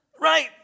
Right